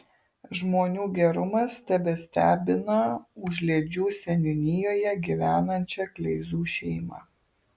žmonių gerumas tebestebina užliedžių seniūnijoje gyvenančią kleizų šeimą